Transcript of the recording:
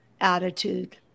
attitude